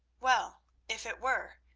well, if it were,